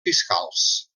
fiscals